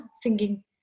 singing